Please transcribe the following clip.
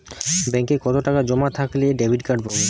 ব্যাঙ্কে কতটাকা জমা থাকলে ডেবিটকার্ড পাব?